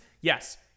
Yes